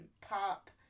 pop